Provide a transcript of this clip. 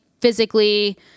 physically